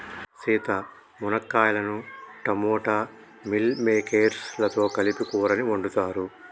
సీత మునక్కాయలను టమోటా మిల్ మిల్లిమేకేర్స్ లతో కలిపి కూరని వండుతారు